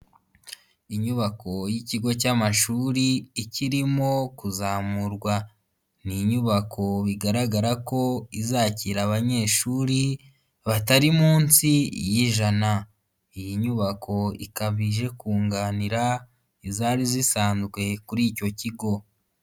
Inyubako y'ikigo cy'amashuri ikirimo kuzamurwa, ni inyubako bigaragara ko izakira abanyeshuri batari munsi y'ijana, iyi nyubako ikaba ije kunganira izari zisanzwe kuri icyo kigo.